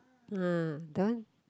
ah that one